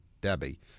Debbie